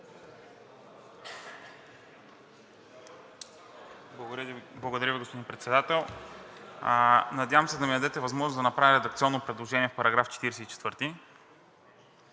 Благодаря Ви, господин Председател. Надявам се да ми дадете възможност да направя редакционно предложение по § 44.